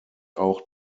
auch